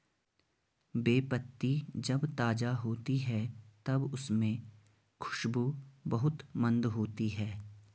बे पत्ती जब ताज़ा होती है तब उसमे खुशबू बहुत मंद होती है